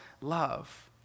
love